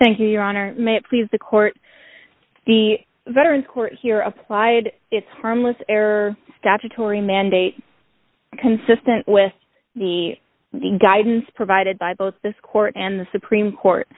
thank you your honor may it please the court the veteran court here applied its harmless error statutory mandate consistent with the guidance provided by both this court and the supreme court